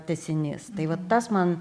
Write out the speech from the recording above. tęsinys tai vat tas man